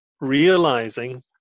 realizing